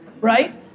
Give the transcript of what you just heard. right